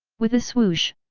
with a swoosh,